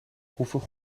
hoeveel